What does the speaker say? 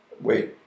Wait